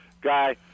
guy